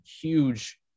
huge